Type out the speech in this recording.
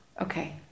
Okay